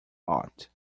ought